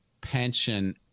pension